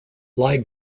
lie